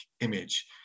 image